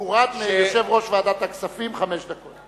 יורדות ליושב-ראש ועדת הכספים חמש דקות.